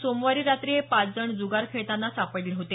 सोमवारी रात्री हे पाच जण जुगार खेळतांना सापडले होते